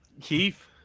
Keith